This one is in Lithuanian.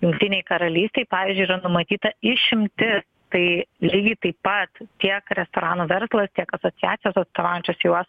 jungtinei karalystei pavyzdžiui yra numatyta išimtis tai lygiai taip pat tiek restoranų verslas tiek asociacijos atstovaujančios juos